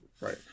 Right